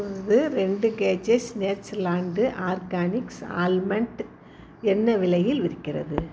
இப்போது ரெண்டு kgs Natureland organics almond என்ன விலையில் விற்கிறது